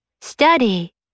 Study